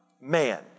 Man